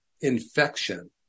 infection